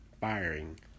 firing